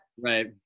Right